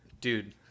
Dude